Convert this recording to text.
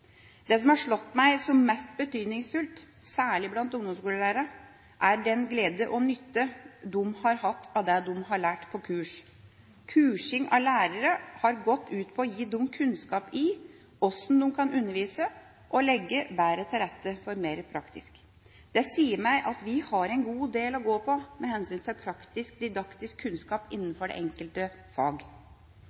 Det som har slått meg som mest betydningsfullt, særlig blant ungdomsskolelærerne, er den glede og nytte de har hatt av det de har lært på kurs. Kursing av lærere har gått ut på å gi dem kunnskap i hvordan de kan undervise og legge bedre til rette for mer praktisk. Det sier meg at vi har en god del å gå på med hensyn til praktisk-didaktisk kunnskap innenfor det enkelte fag.